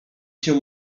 się